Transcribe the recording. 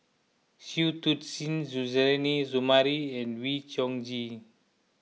Shui Tit Sing Suzairhe Sumari and Wee Chong Jin